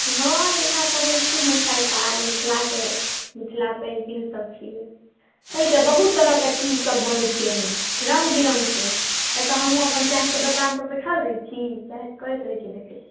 हँ इहा बनेलखिन हँ सरकार मिथिलाके मिथिला पेन्टिंग सभ छियै तै तऽ बहुत तरहके चीज सभ बनै छै एहिमे रङ्ग विरङ्गके एतऽ हमहुँ अपन चाहके दोकान पर बैठल रहै छी देखैत रहै छी